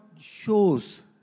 shows